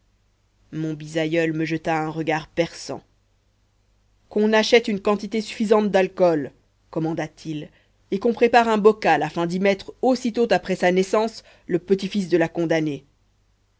mon bisaïeul me jeta un regard perçant qu'on achète une quantité suffisante d'alcool commanda-t-il et qu'on prépare un bocal afin d'y mettre aussitôt après sa naissance le petit-fils de la condamnée